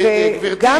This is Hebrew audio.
גברתי.